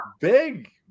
Big